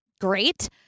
great